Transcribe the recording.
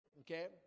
okay